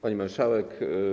Pani Marszałek!